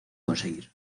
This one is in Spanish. conseguir